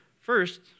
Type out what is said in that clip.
first